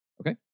okay